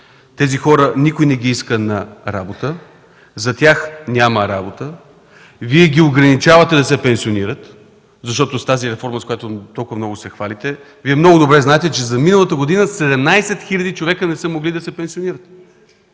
Тези хора никой не ги иска на работа, за тях няма работа. Вие ги ограничавате да се пенсионират, защото с тази реформа, с която толкова много се хвалите, много добре знаете, че за миналата година 17 хил. човека не са могли да се пенсионират.